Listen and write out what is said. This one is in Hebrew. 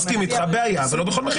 אני מסכים איתך בבעיה, אבל לא בכל מחיר.